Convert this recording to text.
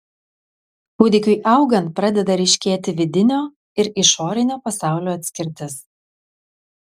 kūdikiui augant pradeda ryškėti vidinio ir išorinio pasaulio atskirtis